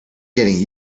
getting